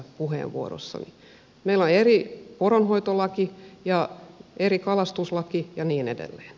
meillä on eri poronhoitolaki ja eri kalastuslaki ja niin edelleen